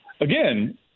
Again